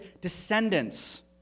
descendants